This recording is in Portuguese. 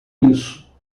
isso